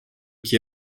que